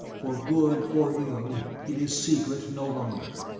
for good or ill, it is secret no longer.